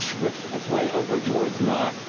whips its way over towards nott.